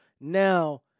Now